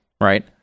Right